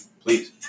Please